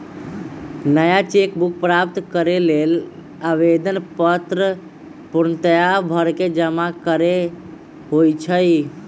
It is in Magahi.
नया चेक बुक प्राप्त करेके लेल आवेदन पत्र पूर्णतया भरके जमा करेके होइ छइ